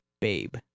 Babe